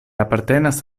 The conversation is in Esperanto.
apartenas